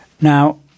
Now